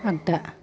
आगदा